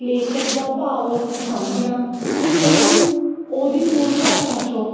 ਲੇਖਕ ਦਾ ਭਾਵ ਅਰਥ ਸਮਝਣਾ ਉਹਨੂੰ ਉਹਦੀ ਮੂਲ ਭਾਸ਼ਾ 'ਚੋਂ